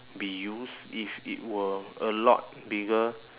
be used if it were a lot bigger